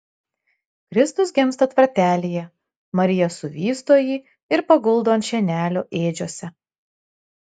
kristus gimsta tvartelyje marija suvysto jį ir paguldo ant šienelio ėdžiose